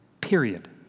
Period